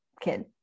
kid